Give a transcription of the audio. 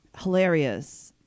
Hilarious